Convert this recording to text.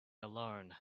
alone